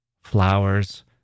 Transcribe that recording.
Flowers